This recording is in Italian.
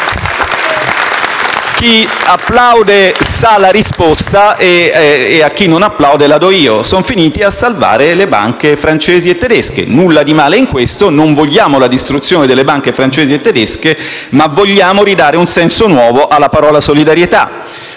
Chi applaude sa la risposta, e a chi non applaude la do io: sono finiti a salvare le banche francesi e tedesche. Nulla di male in questo; non vogliamo la distruzione delle banche francesi e tedesche, ma vogliamo ridare un senso nuovo alla parola solidarietà.